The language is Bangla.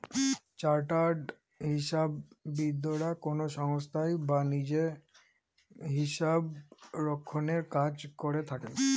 চার্টার্ড হিসাববিদরা কোনো সংস্থায় বা নিজে হিসাবরক্ষনের কাজ করে থাকেন